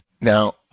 Now